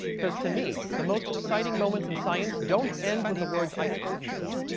because, to me, the most exciting moments in science don't end with the words, i told you so,